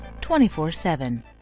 24-7